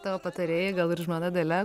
tavo patarėjai gal ir žmona dalia